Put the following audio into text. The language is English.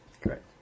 Correct